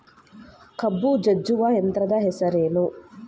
ಕಬ್ಬು ಜಜ್ಜುವ ಯಂತ್ರದ ಹೆಸರೇನು?